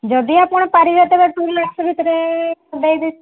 ଯଦି ଆପଣ ପାରିବେ ତେବେ ଟୁ ଲାକ୍ଷ୍ସ ଭିତରେ ଦେଇଦେବି